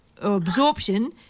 absorption –